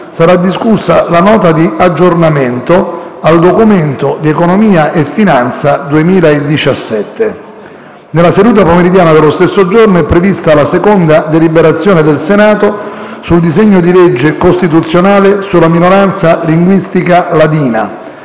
sarà discussa la Nota di aggiornamento al Documento di economia e finanza 2017. Nella seduta pomeridiana dello stesso giorno è prevista la seconda deliberazione del Senato sul disegno di legge costituzionale sulla minoranza linguistica ladina.